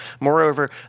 Moreover